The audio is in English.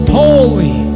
holy